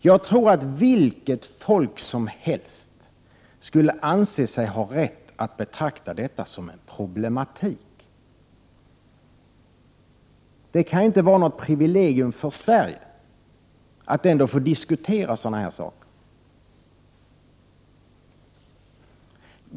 Jag tror att vilket folk som helst skulle anse sig ha rätt att betrakta detta som en problematik. Det kan inte vara något privilegium för Sverige att få diskutera sådana här frågor.